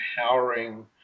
empowering